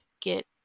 get